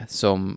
som